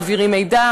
מעבירים מידע,